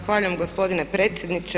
Zahvaljujem gospodine predsjedniče.